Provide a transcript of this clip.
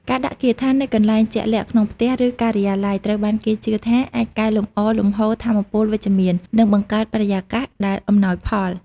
ការដាក់គាថានៅកន្លែងជាក់លាក់ក្នុងផ្ទះឬការិយាល័យត្រូវបានគេជឿថាអាចកែលម្អលំហូរថាមពលវិជ្ជមាននិងបង្កើតបរិយាកាសដែលអំណោយផល។